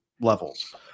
levels